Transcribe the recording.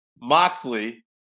Moxley